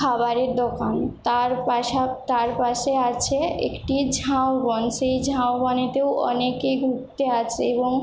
খাবারের দোকান তার পাশা তার পাশে আছে একটি ঝাউ বন সেই ঝাউ বনেতেও অনেকে ঘুরতে আসে এবং